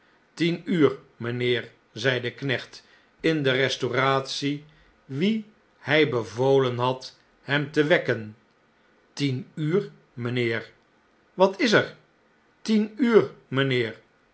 tien uur mpheer zei de knecht in de restauratie wien hjj bevolen had hem te wekken tien uur rapheer i wat is er tien uur